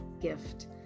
gift